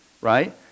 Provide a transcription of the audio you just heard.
Right